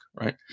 right